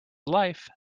life